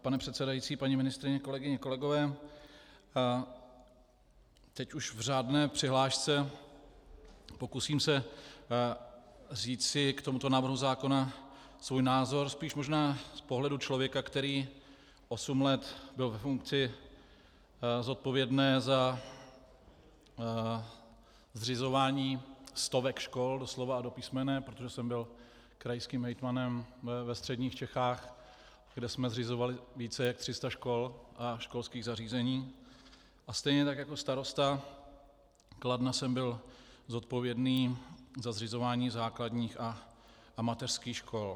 Pane předsedající, paní ministryně, kolegyně, kolegové, teď už v řádné přihlášce pokusím se říci k tomuto návrhu zákona svůj názor spíš možná z pohledu člověka, který byl osm let ve funkci zodpovědné za zřizování stovek škol doslova a do písmene, protože jsem byl krajským hejtmanem ve středních Čechách, kde jsme zřizovali více jak 300 škol a školských zařízení a stejně tak jako starosta Kladna jsem byl zodpovědný za zřizování základních a mateřských škol.